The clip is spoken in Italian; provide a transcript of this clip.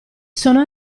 sono